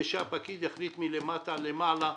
ושהפקיד יחליט מלמטה למעלה,